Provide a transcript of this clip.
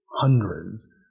hundreds